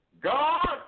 God